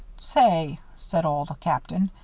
say, said old captain,